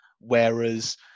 whereas